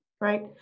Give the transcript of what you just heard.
right